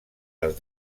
les